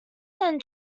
then